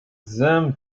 them